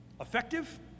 Effective